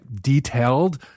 detailed